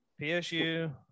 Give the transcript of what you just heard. PSU